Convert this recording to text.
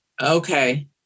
okay